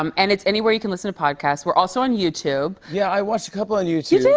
um and it's anywhere you can listen to podcasts. we're also on youtube. yeah, i watched a couple on youtube.